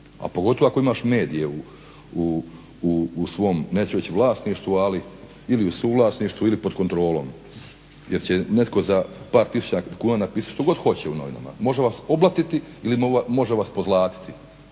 a pogotovo ako imaš medije u svom neću reći vlasništvu, ali ili u suvlasništvu ili pod kontrolom jer će netko za par tisuća kuna napisat što god hoće u novinama. Može vas oblatiti ili može vas pozlatiti